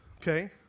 Okay